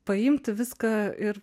paimti viską ir